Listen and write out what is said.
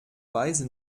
weise